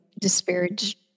disparage